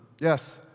Yes